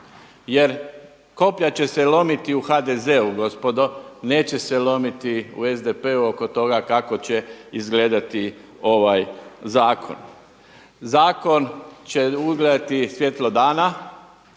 Jer koplja će se lomiti u HDZ-u gospodo, neće se lomiti u SDP-u oko toga kako će izgledati ovaj zakon. Zakon će ugledati svjetlo dana,